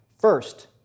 First